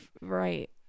Right